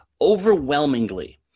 Overwhelmingly